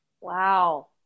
Wow